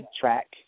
track